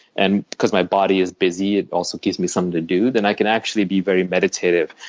and because my body is busy. it also gives me something to do. then i can actually be very meditative.